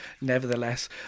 nevertheless